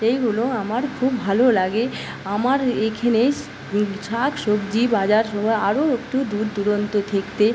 এইগুলো আমার খুব ভালো লাগে আমার এখানে স্ শাক সবজি বাজার আরও একটু দূরদূরান্ত থাকতে